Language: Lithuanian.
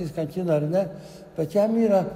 jis kankina ar ne bet jam yra